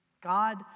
God